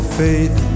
faith